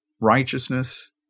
righteousness